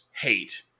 hate